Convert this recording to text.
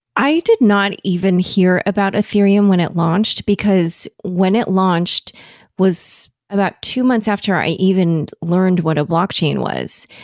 i did not even hear about ethereum when it launched, because when it launched was about two months after i even learned what a blockchain was.